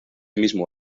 mismo